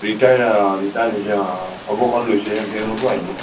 retire অঁ retire অঁ অৱসৰ লৈছে তেওঁলোকো আহিব অঁ